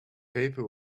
paper